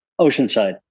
Oceanside